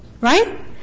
right